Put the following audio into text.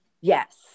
Yes